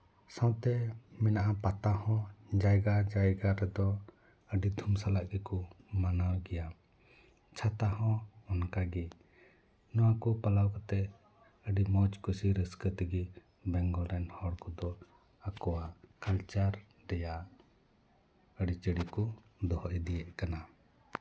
ᱥᱟᱶᱛᱮ ᱢᱮᱱᱟᱜᱼᱟ ᱯᱟᱛᱟ ᱦᱚᱸ ᱡᱟᱭᱜᱟ ᱡᱟᱭᱜᱟ ᱨᱮᱫᱚ ᱟᱹᱰᱤ ᱫᱷᱩᱢ ᱥᱟᱞᱟᱜ ᱜᱮᱠᱚ ᱢᱟᱱᱟᱣ ᱜᱮᱭᱟ ᱪᱷᱟᱛᱟ ᱦᱚᱸ ᱚᱱᱠᱟᱜᱮ ᱱᱚᱣᱟ ᱠᱚ ᱯᱟᱞᱟᱣ ᱠᱟᱛᱮᱫ ᱟᱹᱰᱤ ᱢᱚᱡᱽ ᱠᱩᱥᱤ ᱨᱟᱹᱥᱠᱟᱹ ᱛᱮᱜᱮ ᱵᱮᱝᱜᱚᱞ ᱨᱮᱱ ᱦᱚᱲ ᱠᱚᱫᱚ ᱟᱠᱚᱣᱟᱜ ᱠᱟᱞᱪᱟᱨ ᱨᱮᱭᱟᱜ ᱟᱹᱨᱤᱪᱟᱹᱞᱤ ᱠᱚ ᱫᱚᱦᱚ ᱤᱫᱤᱭᱮᱫ ᱠᱟᱱᱟ